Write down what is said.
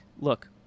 look